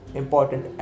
important